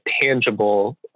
tangible